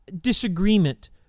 disagreement